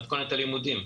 במתכונת הלימודים.